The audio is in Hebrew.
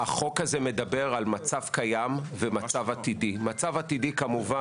החוק הזה מדבר על המצב הקיים והמצב העתידי, כמובן